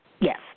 Yes